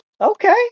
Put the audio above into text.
okay